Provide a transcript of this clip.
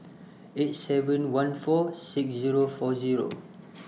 eight seven one four six Zero four Zero